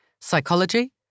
psychology